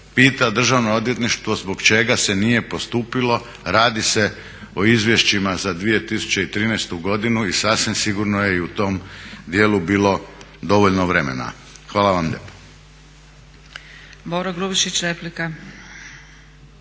pita Državno odvjetništvo zbog čega se nije postupilo. Radi se o izvješćima za 2013. godinu i sasvim sigurno je i u tom dijelu bilo dovoljno vremena. Hvala vam lijepa.